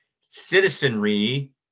citizenry